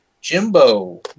jimbo